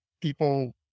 people